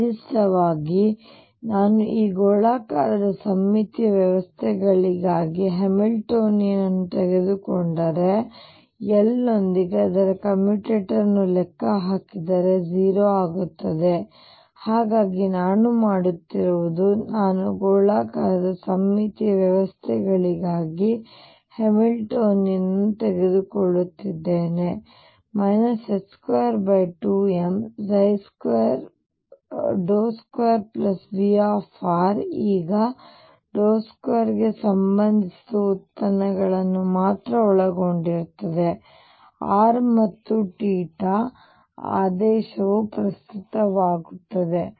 ನಿರ್ದಿಷ್ಟವಾಗಿ ಈಗ ನಾನು ಈ ಗೋಳಾಕಾರದ ಸಮ್ಮಿತೀಯ ವ್ಯವಸ್ಥೆಗಳಿಗಾಗಿ ಹ್ಯಾಮಿಲ್ಟೋನಿಯನ್ ಅನ್ನು ತೆಗೆದುಕೊಂಡರೆ ಮತ್ತು L ನೊಂದಿಗೆ ಅದರ ಕಮ್ಯುಟೇಟರ್ ಅನ್ನು ಲೆಕ್ಕಹಾಕಿದರೆ 0 ಆಗುತ್ತದೆ ಹಾಗಾಗಿ ನಾನು ಮಾಡುತ್ತಿರುವುದು ನಾನು ಗೋಲಾಕಾರದ ಸಮ್ಮಿತೀಯ ವ್ಯವಸ್ಥೆಗಳಿಗಾಗಿ ಹ್ಯಾಮಿಲ್ಟೋನಿಯನ್ ಅನ್ನು ತೆಗೆದುಕೊಳ್ಳುತ್ತಿದ್ದೇನೆ 22m2V ಈಗ 2 ಗೆ ಸಂಬಂಧಿಸಿದ ಉತ್ಪನ್ನಗಳನ್ನು ಮಾತ್ರ ಒಳಗೊಂಡಿರುತ್ತದೆ r ಮತ್ತು ಆದೇಶವು ಅಪ್ರಸ್ತುತವಾಗುತ್ತದೆ